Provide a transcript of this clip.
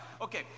Okay